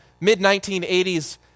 mid-1980s